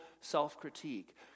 self-critique